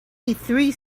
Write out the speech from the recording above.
three